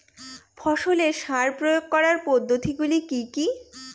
ফসলে সার প্রয়োগ করার পদ্ধতি গুলি কি কী?